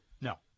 No